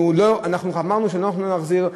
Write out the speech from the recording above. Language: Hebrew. אנחנו אמרנו שאנחנו לא יכולים להחזיר,